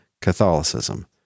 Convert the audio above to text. Catholicism